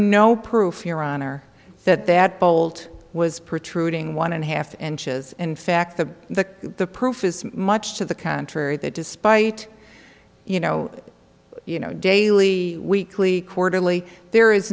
no proof your honor that that bolt was protruding one and a half and has in fact the the the proof is much to the contrary that despite you know you know daily weekly quarterly there is